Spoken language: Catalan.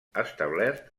establert